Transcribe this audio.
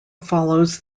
follows